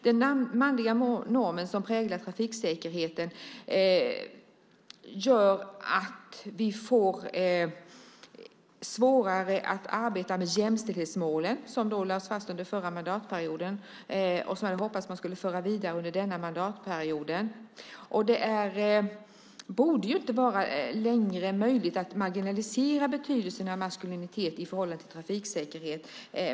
Den manliga normen som präglar trafiksäkerheten gör att vi får det svårare att jobba med jämställdhetsmålen som lades fast under förra mandatperioden, som jag hade hoppats att man skulle föra vidare under denna mandatperiod. Det borde inte längre vara möjligt att marginalisera betydelsen av maskulinitet i förhållande till trafiksäkerhet.